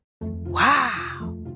Wow